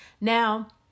Now